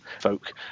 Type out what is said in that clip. folk